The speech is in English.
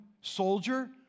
soldier